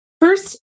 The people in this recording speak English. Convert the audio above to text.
First